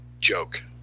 joke